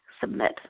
Submit